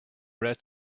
red